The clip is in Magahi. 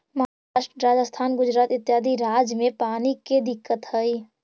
महाराष्ट्र, राजस्थान, गुजरात इत्यादि राज्य में पानी के दिक्कत हई